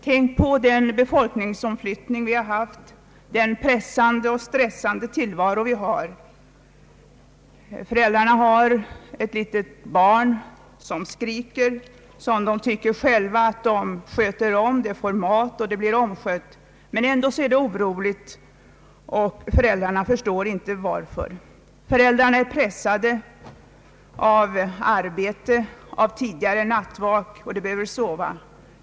Tänk på den befolkningsomflyttning vi haft, den pressade och stressade tillvaro vi har. Föräldrarna har kanske ett litet barn som skriker. Det får mat och blir omskött, och föräldrarna anser själva att de sköter barnet bra. Ändå är barnet oroligt, och föräldrarna förstår inte varför. De är pressade av arbete, av tidigare nattvak och behöver sova.